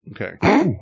Okay